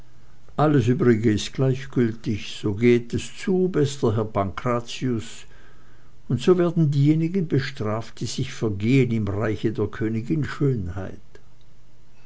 alles übrige ist gleichgültig so geht es zu bester herr pankrazius und so werden diejenigen bestraft die sich vergehen im reiche der königin schönheit